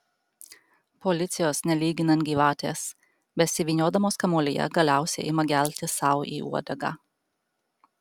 policijos nelyginant gyvatės besivyniodamos kamuolyje galiausiai ima gelti sau į uodegą